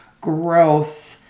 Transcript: growth